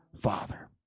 father